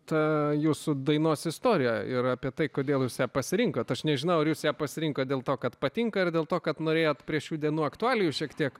ta jūsų dainos istorija ir apie tai kodėl pasirinkot aš nežinau ar jūs ją pasirinkot dėl to kad patinka ar dėl to kad norėjot prie šių dienų aktualijų šiek tiek